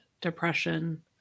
depression